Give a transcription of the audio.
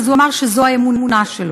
הוא אמר שזו האמונה שלו.